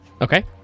okay